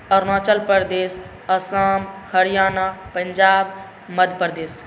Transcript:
Arunachal Pradesh Assam Haryana Punjab Madhya Pradesh